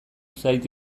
zait